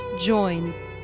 join